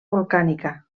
volcànica